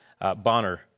Bonner